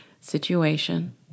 situation